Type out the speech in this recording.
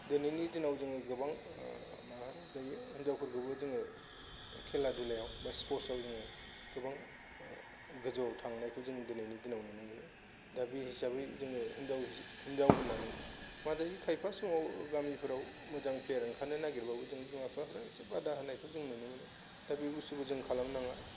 दिनैनि दिनाव जोङो गोबां मा जायो हिनजावफोरखौबो जोङो खेला दुलायाव बा स्पर्सआव जोङो गोबां गोजौआव थांनायखौ जों दिनैनि दिनाव नुनो मोनो दा बे हिसाबै जोङो हिनजाव होननानै माजायो खायफा समाव गामिफोराव मोजां फ्लेयार ओंखारनो नागिरबाबो जों बिमा बिफाफोरा एसे बादा होनायखौ नुनो मोनो दा बे बुस्तुखौ जों खालामनो नाङा